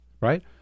right